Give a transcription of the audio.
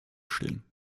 stehen